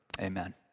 amen